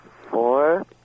four